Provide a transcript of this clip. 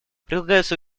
прилагаются